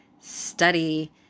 study